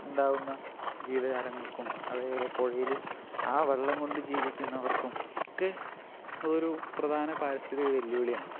ഉണ്ടാവുന്ന ജീവജാലങ്ങൾക്കും അതേപോലെ പുഴയില് ആ വെള്ളം കൊണ്ട് ജീവിക്കുന്നവർക്കും ഒക്കെ അതൊരു പ്രധാന പാരിസ്ഥിതിക വെല്ലുവിളിയാണ്